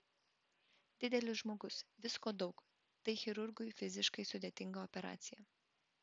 didelis žmogus visko daug tai chirurgui fiziškai sudėtinga operacija